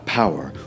power